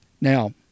Now